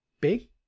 big